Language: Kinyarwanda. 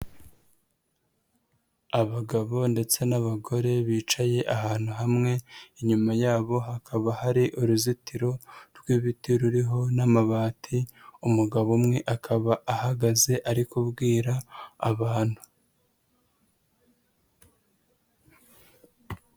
Abagabo ndetse n'abagore bicaye ahantu hamwe inyuma yabo hakaba hari uruzitiro rw'ibiti ruriho n'amabati, umugabo umwe akaba ahagaze ari kubwira abantu.